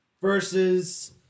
versus –